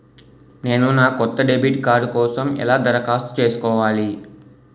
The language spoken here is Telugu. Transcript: నేను నా కొత్త డెబిట్ కార్డ్ కోసం ఎలా దరఖాస్తు చేసుకోవాలి?